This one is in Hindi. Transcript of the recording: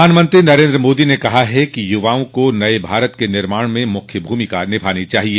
प्रधानमंत्री नरेन्द्र मोदी ने कहा है कि युवाओं को नये भारत के निर्माण में मुख्य भूमिका निभानी चाहिए